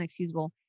unexcusable